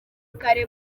kare